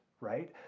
right